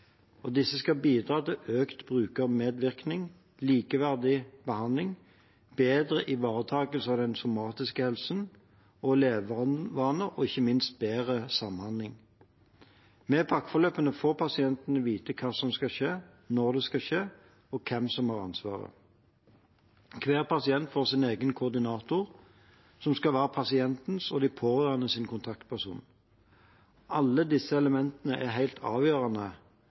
verk. Disse skal bidra til økt brukermedvirkning, likeverdig behandling, bedre ivaretakelse av den somatiske helsen, levevaner og ikke minst bedre samhandling. Med pakkeforløpene får pasienten vite hva som skal skje, når det skal skje, og hvem som har ansvaret. Hver pasient får sin egen koordinator, som skal være pasientens og de pårørendes kontaktperson. Alle disse elementene er helt avgjørende